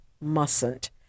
mustn't